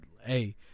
Hey